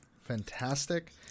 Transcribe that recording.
fantastic